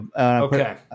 Okay